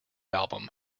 album